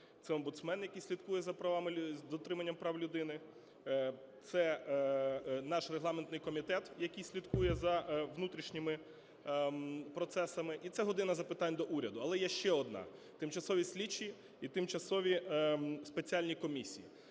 це омбудсмен, який слідкує за дотриманням прав людини; це наш регламентний комітет, який слідкує за внутрішніми процесами і це "година запитань до Уряду". Але є ще одна – тимчасові слідчі і тимчасові спеціальні комісії.